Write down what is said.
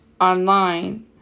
online